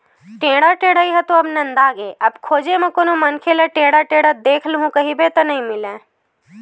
टेंड़ा टेड़ई ह तो अब नंदागे अब खोजे म कोनो मनखे ल टेंड़ा टेंड़त देख लूहूँ कहिबे त नइ मिलय